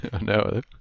no